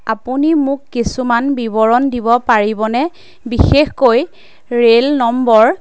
আপুনি মোক কিছুমান বিৱৰণ দিব পাৰিবনে বিশেষকৈ ৰে'ল নম্বৰ